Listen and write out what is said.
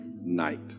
night